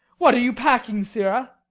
what, are you packing, sirrah?